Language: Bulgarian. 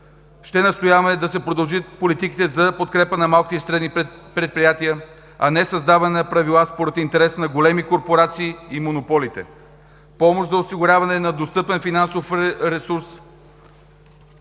ще настояваме да се продължат политиките за подкрепа на малки и средни предприятия, а не създаване на правила според интереса на големи корпорации и монополите. Помощ за осигуряване на достъпен финансов ресурс,